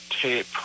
tape